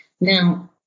Now